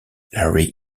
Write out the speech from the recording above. larry